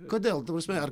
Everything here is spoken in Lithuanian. kodėl ta prasme ar